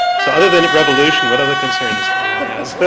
so other than revolution, what other concerns any one